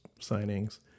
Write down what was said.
signings